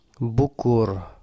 bukur